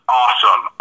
awesome